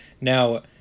Now